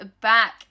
back